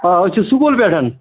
آ أسۍ چھِ سکوٗل پٮ۪ٹھ